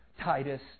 Titus